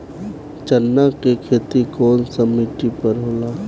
चन्ना के खेती कौन सा मिट्टी पर होला?